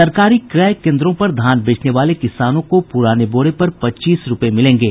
सरकारी क्रय केन्द्रों पर धान बेचने वाले किसानों को पुराने बोरे पर पच्चीस रूपये मिलेंगे